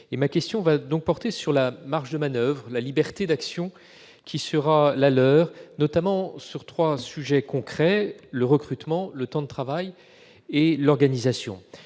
Ma question portera donc sur la marge de manoeuvre et sur la liberté d'action qui sera la leur, notamment sur trois sujets concrets : le recrutement, le temps de travail et l'organisation.